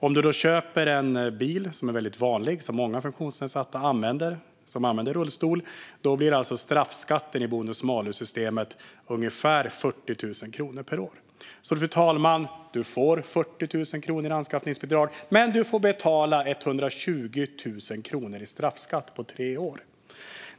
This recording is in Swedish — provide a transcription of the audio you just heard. Om man då köper en bil av det vanliga slag som många funktionsnedsatta som använder rullstol använder blir straffskatten i bonus malus-systemet ungefär 40 000 kronor per år. Fru talman! Man får alltså 40 000 i anskaffningsbidrag, men man får betala 120 000 kronor i straffskatt på tre år.